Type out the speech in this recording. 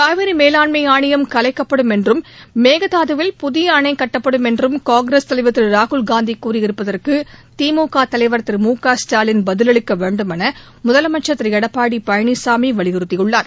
காவிரி மேலாண்மை ஆணையம் கலைக்கப்படும் என்றும் மேகதாதுவில் புதிய அணை கட்டப்படும் என்றம் காங்கிரஸ் தலைவர் திரு ராகுல்காந்தி கூறியிருப்பதற்கு திமுக தலைவர் திரு மு க ஸ்டாலின் பதிலளிக்க வேண்டும் என முதலமைச்சர் திரு எடப்பாடி பழனிசாமி வலியுறுத்தியுள்ளார்